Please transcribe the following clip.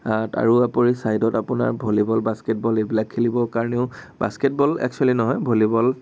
আৰুপৰি ছাইডত আপোনাৰ volleyball basketball এইবিলাক খেলিব কাৰণেও বাস্কেটবল এক্সোৱেলি নহয় ভলীবল